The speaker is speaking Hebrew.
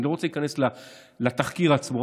אני לא רוצה להיכנס לתחקיר עצמו,